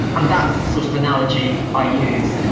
and that's the sort of analogy i use.